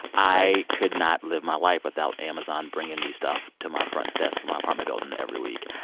i could not live my life without amazon bringing me stuff to my front desk in my apartment building every week.